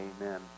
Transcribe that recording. amen